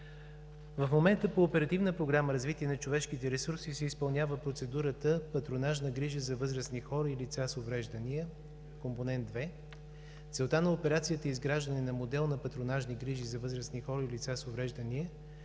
на човешките ресурси“ се изпълнява процедурата „Патронажна грижа за възрастни хора и лица с увреждания – Компонент 2“. Целта на операцията е изграждане на модел на патронажни грижи за възрастни хора и лица с увреждания,